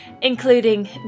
including